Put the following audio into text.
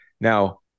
Now